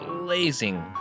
blazing